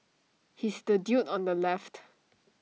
he's the dude on the left